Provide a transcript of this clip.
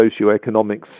socioeconomic